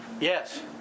Yes